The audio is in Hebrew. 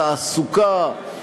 תעסוקה,